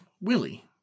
Willie